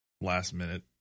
last-minute